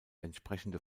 entsprechende